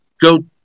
go